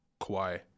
Kawhi